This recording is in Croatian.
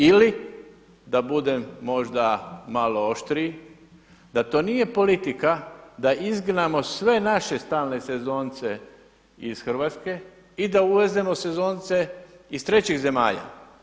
Ili da budem možda malo oštriji, da to nije politika da izgnamo sve naše stalne sezonce iz Hrvatske i da uvezemo sezonce iz trećih zemalja.